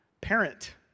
parent